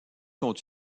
sont